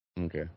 Okay